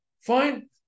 Fine